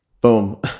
Boom